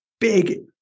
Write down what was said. big